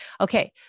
Okay